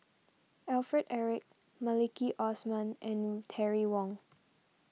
Alfred Eric Maliki Osman and Terry Wong